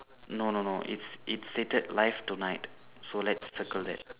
no no no it's it's stated live tonight so let's circle that